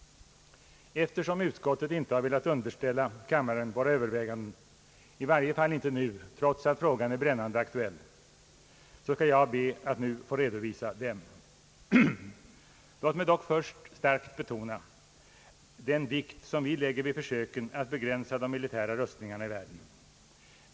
Eftersom utskottet inte har velat underställa kammaren våra överväganden, i varje fall inte nu trots att frågan är brännande aktuell, skall jag be att få redovisa dem. Låt mig dock först starkt få betona den vikt som vi lägger vid försöken att begränsa de militära rustningarna i världen.